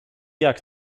jak